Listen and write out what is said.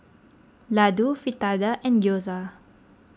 Ladoo Fritada and Gyoza